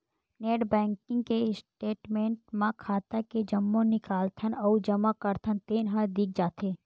net banking के statement म खाता के जम्मो निकालथन अउ जमा करथन तेन ह दिख जाथे